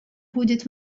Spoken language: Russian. будет